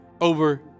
over